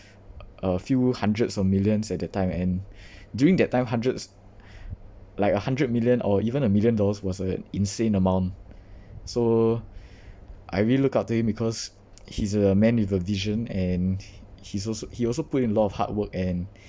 a few hundreds of millions at that time and during that time hundreds like a hundred million or even a million dollars was a insane amount so I really look up to him because he's a man with a vision and he's also he also put in a lot of hard work and